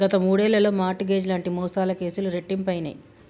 గత మూడేళ్లలో mortgage లాంటి మోసాల కేసులు రెట్టింపయినయ్